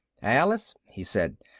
alice, he said,